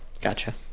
Gotcha